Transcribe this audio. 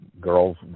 girls